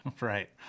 Right